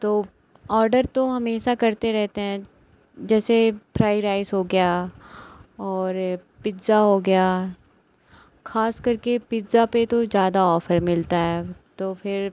तो ऑडर तो हमेशा करते रहते हैं जैसे फ्राई राइस हो गया और ए पिज्ज़ा हो गया ख़ासकर के पिज़्ज़ा पर तो ज़्यादा ऑफ़र मिलता है तो फिर